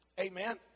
Amen